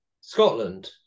Scotland